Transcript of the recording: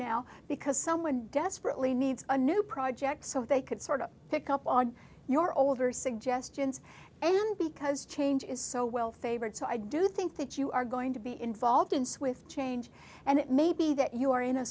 now because someone desperately needs a new project so they could sort of pick up on your older suggestions and because change is so well favored so i do think that you are going to be involved in swith change and it may be that you are in a